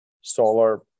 solar